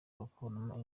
bakuramo